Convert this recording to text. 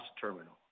terminal